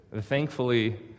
Thankfully